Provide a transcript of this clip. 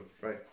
right